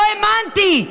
לא האמנתי,